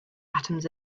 atoms